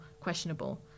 questionable